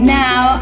now